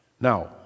now